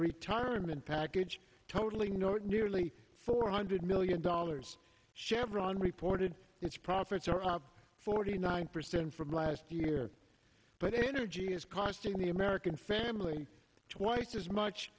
retirement package totally ignored nearly four hundred million dollars chevron reported its profits are up forty nine percent from last year but energy is costing the american family twice as much